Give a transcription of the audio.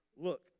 Look